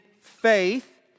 faith